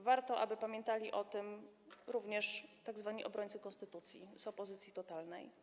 Warto, aby pamiętali o tym również tzw. obrońcy konstytucji z opozycji totalnej.